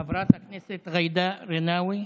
חברת הכנסת ג'ידא רינאוי,